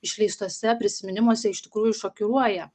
išleistuose prisiminimuose iš tikrųjų šokiruoja